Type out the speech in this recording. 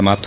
समाप्त